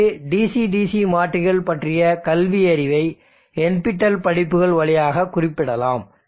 இங்கு DC DC மாற்றிகள் பற்றிய கல்வியறிவைக் NPTEL படிப்புகள் வழியாக குறிப்பிடலாம்